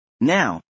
Now